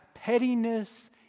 pettiness